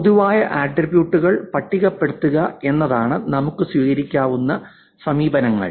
പൊതുവായ ആട്രിബ്യൂട്ടുകൾ പട്ടികപ്പെടുത്തുക എന്നതാണ് നമുക്ക് സ്വീകരിക്കാവുന്ന സമീപനങ്ങൾ